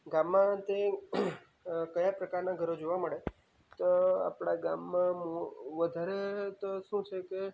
ગામમાં તે કયા પ્રકારના ઘરો જોવા મળે તો આપણા ગામમાં માં વધારે તો શું છે કે